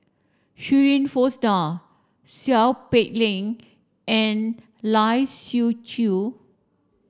Shirin Fozdar Seow Peck Leng and Lai Siu Chiu